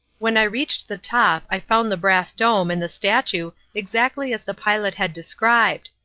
when i reached the top i found the brass dome and the statue exactly as the pilot had described,